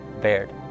bared